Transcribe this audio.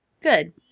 Good